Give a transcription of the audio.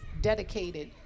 dedicated